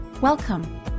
Welcome